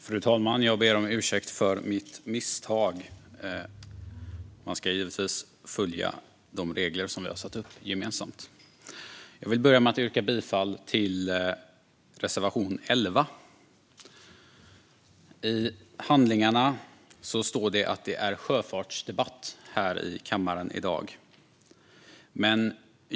Fru talman! Jag vill börja med att yrka bifall till reservation 11. I handlingarna står det att det är sjöfartsdebatt här i kammaren i dag.